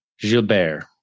Gilbert